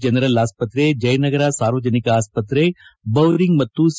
general ಆಸ್ತತ್ರೆ ಜಯನಗರ ಸಾರ್ವಜನಿಕ ಆಸ್ತತ್ರೆ ಬೌರಿಂಗ್ ಮತ್ತು ಸಿ